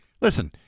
Listen